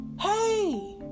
Hey